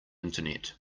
internet